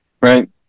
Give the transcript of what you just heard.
Right